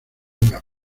una